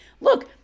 Look